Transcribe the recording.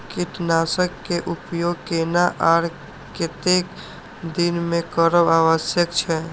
कीटनाशक के उपयोग केना आर कतेक दिन में करब आवश्यक छै?